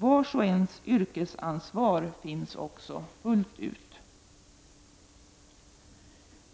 Vars och ens yrkesansvar finns också fullt ut.